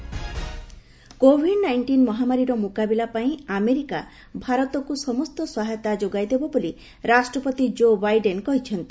US president Covid nineteen ମହାମାରୀର ମୁକାବିଲା ପାଇଁ ଆମେରିକା ଭାରତକୁ ସମସ୍ତ ସହାୟତା ଯୋଗାଇ ଦେବ ବୋଲି ରାଷ୍ଟ୍ରପତି ଜୋ ବାଇଡେନ କହିଛନ୍ତି